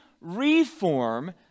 reform